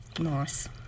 Nice